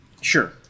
Sure